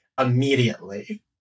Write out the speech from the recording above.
immediately